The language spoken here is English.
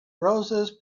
roses